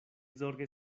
zorge